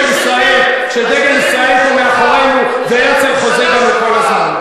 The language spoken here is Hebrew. ישראל פה מאחורינו והרצל חוזה בנו כל הזמן.